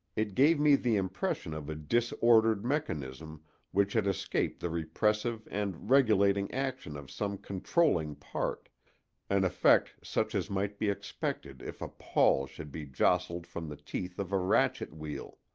it gave me the impression of a disordered mechanism which had escaped the repressive and regulating action of some controlling part an effect such as might be expected if a pawl should be jostled from the teeth of a ratchet-wheel.